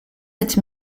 sept